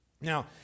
Now